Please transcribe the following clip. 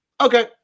Okay